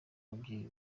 n’ababyeyi